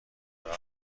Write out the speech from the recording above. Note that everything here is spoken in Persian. برق